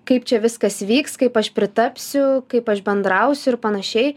kaip čia viskas vyks kaip aš pritapsiu kaip aš bendrausiu ir panašiai